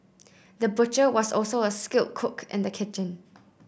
the butcher was also a skilled cook in the kitchen